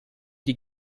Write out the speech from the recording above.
die